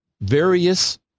various